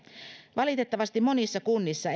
valitettavasti monissa kunnissa